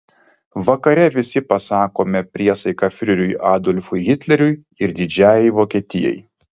vakare visi pasakome priesaiką fiureriui adolfui hitleriui ir didžiajai vokietijai